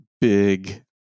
big